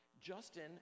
Justin